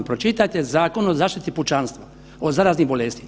Pročitajte Zakon o zaštiti pučanstva, o zaraznim bolestima.